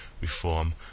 reform